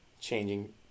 changing